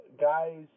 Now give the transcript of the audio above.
guys